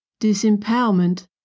disempowerment